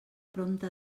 prompte